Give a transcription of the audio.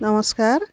নমস্কাৰ